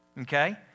Okay